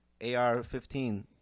AR-15